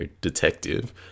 detective